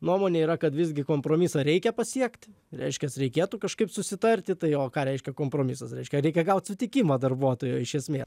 nuomonė yra kad visgi kompromisą reikia pasiekt reiškias reikėtų kažkaip susitarti tai o ką reiškia kompromisas reiškia reikia gaut sutikimą darbuotojo iš esmė